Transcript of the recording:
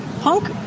Punk